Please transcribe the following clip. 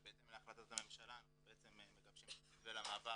ובהתאם להחלטת הממשלה אנחנו מגבשים את המתווה למעבר